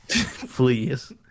Please